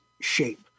shape